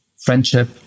Friendship